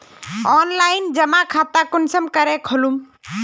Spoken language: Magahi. ऑनलाइन जमा खाता कुंसम करे खोलूम?